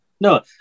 No